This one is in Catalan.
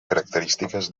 característiques